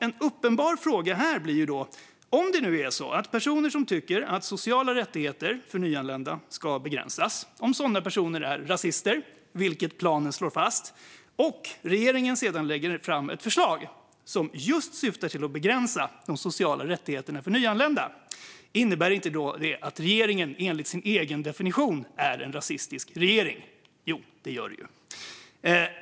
En uppenbar fråga här blir: Om det nu är så att personer som tycker att sociala rättigheter för nyanlända ska begränsas är rasister, vilket planen slår fast, och om regeringen sedan lägger fram ett förslag som syftar just till att begränsa de sociala rättigheterna för nyanlända, innebär då inte detta att regeringen enligt sin egen definition är en rasistisk regering? Jo, det gör det.